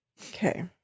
Okay